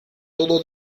todo